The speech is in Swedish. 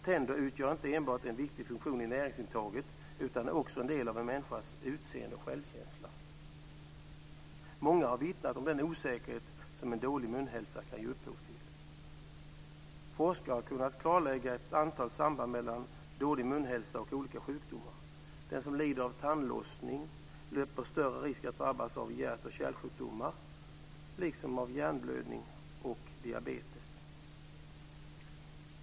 Tänder har inte enbart en viktig funktion när det gäller näringsintaget utan är också en del av en människas utseende och självkänsla. Många har vittnat om den osäkerhet som en dålig munhälsa kan ge upphov till. Forskare har kunnat klarlägga ett antal samband mellan dålig munhälsa och olika sjukdomar. Den som lider av tandlossning löper större risk att drabbas av hjärt och kärlsjukdomar, liksom av hjärnblödnig och diabetes.